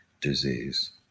disease